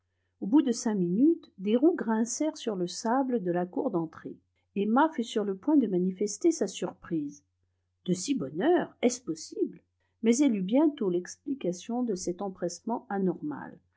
au bout de cinq minutes des roues grincèrent sur le sable de la cour d'entrée emma fut sur le point de manifester sa surprise de si bonne heure est-ce possible mais elle eut bientôt l'explication de cet empressement anormal